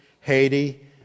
Haiti